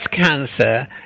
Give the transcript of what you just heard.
cancer